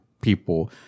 people